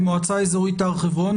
במועצה אזורית הר חברון,